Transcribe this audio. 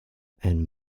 and